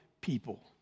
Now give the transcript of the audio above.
people